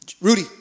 Rudy